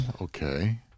okay